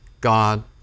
God